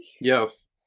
Yes